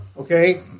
Okay